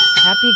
Happy